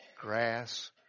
Grass